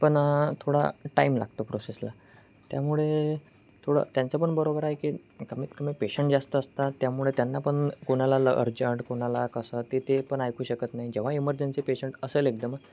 पण थोडा टाईम लागतो प्रोसेसला त्यामुळे थोडं त्यांचं पण बरोबर आहे की कमीत कमी पेशंट जास्त असतात त्यामुळे त्यांना पण कोणाला ल अर्जंट कोणाला कसं ते ते पण ऐकू शकत नाही जेव्हा इमर्जन्सी पेशंट असेल एकदम